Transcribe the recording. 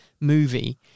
movie